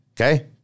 Okay